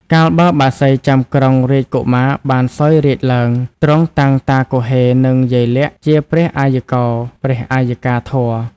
កាលបើបក្សីចាំក្រុងរាជកុមារបានសោយរាជ្យឡើង ទ្រង់តាំងតាគហ៊េ និង យាយលាក់ ជាព្រះអយ្យកោ ព្រះអយ្យកាធម៌‌។